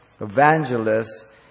Evangelists